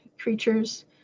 creatures